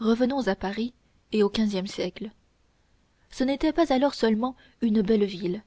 revenons à paris et au quinzième siècle ce n'était pas alors seulement une belle ville